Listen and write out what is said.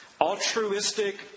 altruistic